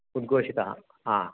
उद्घोषितः हा